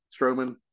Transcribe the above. Strowman